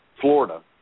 Florida